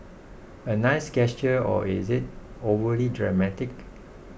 a nice gesture or is it overly dramatic